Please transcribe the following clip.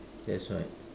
that's right